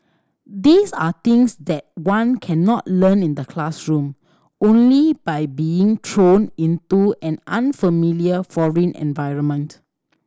these are things that one cannot learn in the classroom only by being thrown into an unfamiliar foreign environment